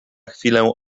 chwilę